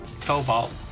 Cobalt